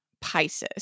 Pisces